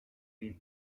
been